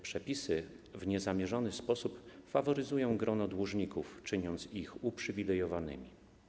Przepisy w niezamierzony sposób faworyzują grono dłużników, czyniąc ich uprzywilejowanymi.